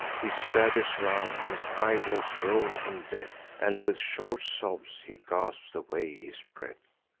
he staggers round his eyeballs roll in death, and with short sobs he gasps away his breath.